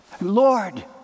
Lord